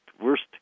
worst